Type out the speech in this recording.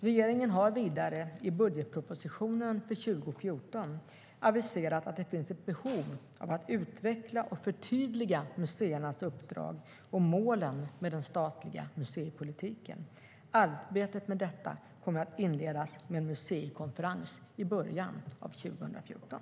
Regeringen har vidare i budgetpropositionen för 2014 aviserat att det finns ett behov av att utveckla och förtydliga museernas uppdrag och målen med den statliga museipolitiken. Arbetet med detta kommer att inledas med en museikonferens i början av 2014.